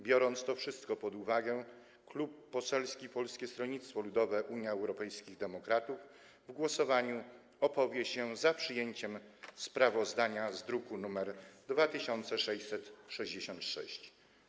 Biorąc to wszystko pod uwagę, Klub Poselski Polskiego Stronnictwa Ludowego - Unii Europejskich Demokratów w głosowaniu opowie się za przyjęciem sprawozdania z druku nr 2666.